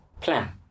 plan